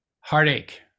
heartache